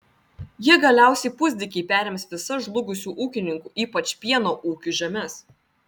jie galiausiai pusdykiai perims visas žlugusių ūkininkų ypač pieno ūkių žemes